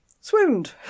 swooned